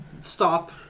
stop